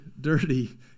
dirty